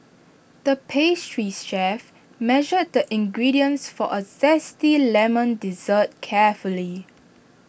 the pastry's chef measured the ingredients for A Zesty Lemon Dessert carefully